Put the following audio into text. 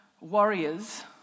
warriors